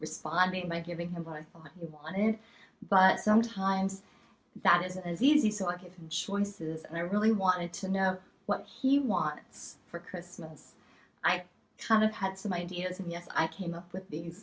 responding by giving him what he wanted but sometimes that isn't as easy so i have choices and i really wanted to know what he wants for christmas i kind of had some ideas and yes i came up with these